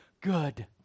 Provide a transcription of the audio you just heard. Good